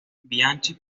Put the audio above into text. bianchi